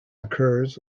occurs